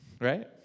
right